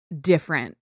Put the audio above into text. different